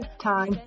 time